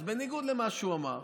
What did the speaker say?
אז בניגוד למה שהוא אמר,